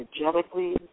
Energetically